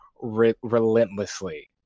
relentlessly